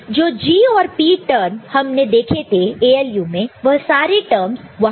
जो G और P term हमने देखे थे ALU में वह सारे टर्मस वहां है